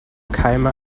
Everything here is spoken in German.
keime